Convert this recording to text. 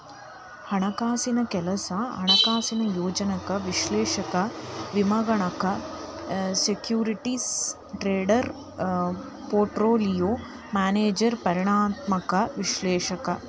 ಹಣಕಾಸಿನ್ ಕೆಲ್ಸ ಹಣಕಾಸಿನ ಯೋಜಕ ವಿಶ್ಲೇಷಕ ವಿಮಾಗಣಕ ಸೆಕ್ಯೂರಿಟೇಸ್ ಟ್ರೇಡರ್ ಪೋರ್ಟ್ಪೋಲಿಯೋ ಮ್ಯಾನೇಜರ್ ಪರಿಮಾಣಾತ್ಮಕ ವಿಶ್ಲೇಷಕ